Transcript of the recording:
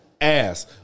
ass